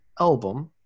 album